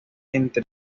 entre